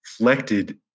reflected